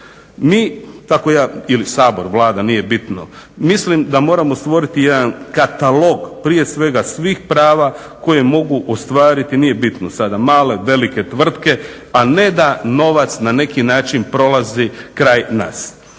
Mi tako ja ili Sabor, Vlada nije bitno mislim da moramo stvoriti jedan katalog prije svega svih prava koje mogu ostvariti nije bitno sada male, velike tvrtke a ne da novac na neki način prolazi kraj nas.